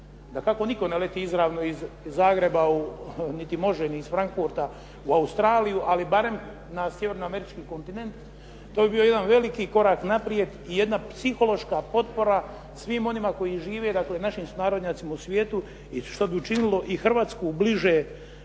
da tako nitko ne leti izravno iz Zagreba, niti može, ni iz Frankfurta u Australiju, ali barem na Sjevernoameričkom kontinentu. To bi bio jedan veliki korak naprijed i jedna psihološka potpora svim onima koji žive, dakle našim sunarodnjacima u svijetu i što bi učinilo i Hrvatsku bliže